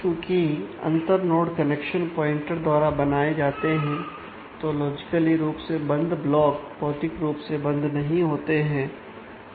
चूंकि अंतर node connection pointer द्वारा बनाए जाते हैं तो लॉजिकली रूप से बंद ब्लॉक भौतिक रूप से बंद नहीं होते हैं